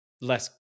less